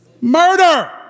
Murder